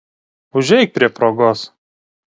užeik prie progos